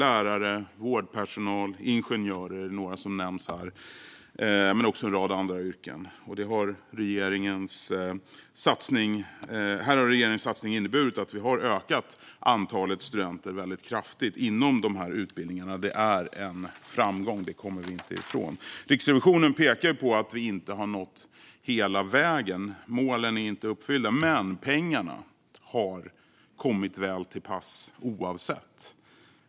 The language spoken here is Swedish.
Lärare, vårdpersonal och ingenjörer är några som nämns här, men det är också en rad andra yrken. Regeringens satsning har inneburit att vi har ökat antalet studenter väldigt kraftigt inom dessa utbildningar. Det är en framgång; det kommer vi inte ifrån. Riksrevisionen pekar på att vi inte har nått hela vägen. Målen är inte uppfyllda. Men pengarna har kommit väl till pass oavsett detta.